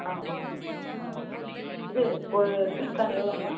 ஆ இது கொ sweet corn எவ்வளோங்க